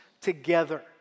together